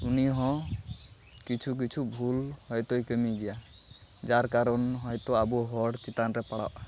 ᱩᱱᱤᱦᱚᱸ ᱠᱤᱪᱷᱩ ᱠᱤᱪᱷᱩ ᱵᱷᱩᱞ ᱦᱚᱭᱛᱚᱭ ᱠᱟᱹᱢᱤᱭ ᱜᱮᱭᱟ ᱡᱟᱨ ᱠᱟᱨᱱ ᱦᱚᱭᱛᱚ ᱟᱵᱚ ᱦᱚᱲ ᱪᱮᱛᱟᱱᱨᱮ ᱯᱟᱲᱟᱣᱚᱜᱼᱟ